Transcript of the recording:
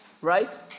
Right